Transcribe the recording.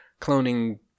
cloning